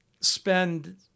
spend